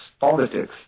politics